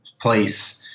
place